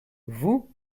vous